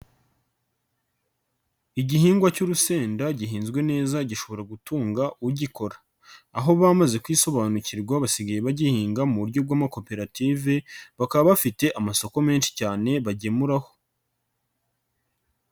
Igihingwa cy'urusenda gihinzwe neza gishobora gutunga ugikora, aho bamaze kuyisobanukirwa basigaye bagihinga mu buryo bw'amakoperative, bakaba bafite amasoko menshi cyane bagemuraho.